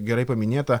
gerai paminėta